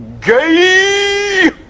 Gay